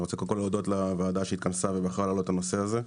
אני רוצה להודות לוועדה שהתכנסה ובחרה להעלות את הנושא הזה.